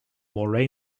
more